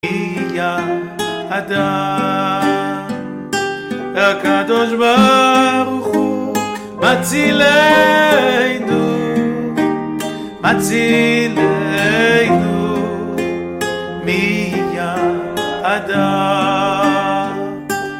מידם. הקדוש ברוך הוא מצילנו, מצילנו. מידם.